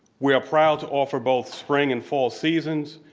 we are proud to offer both spring and fall seasons,